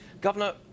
Governor